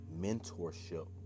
mentorship